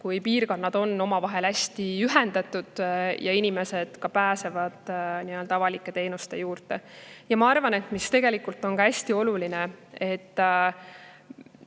kui piirkonnad on omavahel hästi ühendatud ja inimesed pääsevad avalike teenuste juurde. Tegelikult on ka hästi oluline, et